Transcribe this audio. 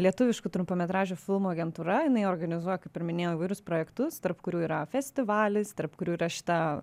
lietuviškų trumpametražių filmų agentūra jinai organizuoja kaip ir minėjau įvairius projektus tarp kurių yra festivalis tarp kurių yra šita